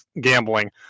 gambling